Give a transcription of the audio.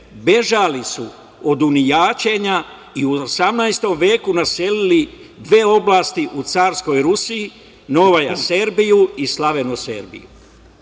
bežali su od unijaćenja i u 18. veku naselili dve oblasti u Carskoj Rusiji – Novoserbija i Slavenoserbiju. Nadalje,